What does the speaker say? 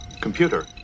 Computer